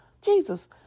Jesus